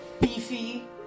beefy